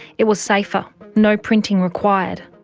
it was safer, no printing required.